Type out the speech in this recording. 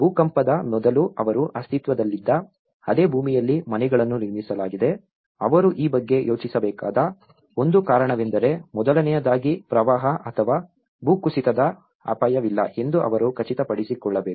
ಭೂಕಂಪದ ಮೊದಲು ಅವರು ಅಸ್ತಿತ್ವದಲ್ಲಿದ್ದ ಅದೇ ಭೂಮಿಯಲ್ಲಿ ಮನೆಗಳನ್ನು ನಿರ್ಮಿಸಲಾಗಿದೆ ಅವರು ಈ ಬಗ್ಗೆ ಯೋಚಿಸಬೇಕಾದ ಒಂದು ಕಾರಣವೆಂದರೆ ಮೊದಲನೆಯದಾಗಿ ಪ್ರವಾಹ ಅಥವಾ ಭೂಕುಸಿತದ ಅಪಾಯವಿಲ್ಲ ಎಂದು ಅವರು ಖಚಿತಪಡಿಸಿಕೊಳ್ಳಬೇಕು